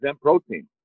protein